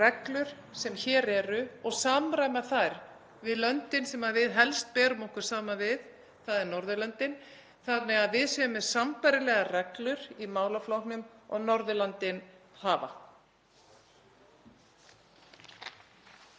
sem hér eru og samræma þær við löndin sem við helst berum okkur saman við, þ.e. Norðurlöndin, þannig að við séum með sambærilegar reglur í málaflokknum og Norðurlöndin hafa.